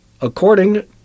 according